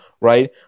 right